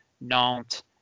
Nantes